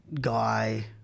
guy